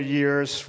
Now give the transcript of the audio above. years